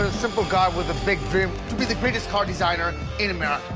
ah simple guy with a big dream, to be the greatest car designer in america.